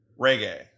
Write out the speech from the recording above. Reggae